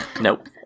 Nope